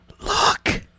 Look